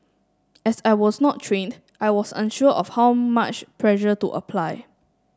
as I was not trained I was unsure of how much pressure to apply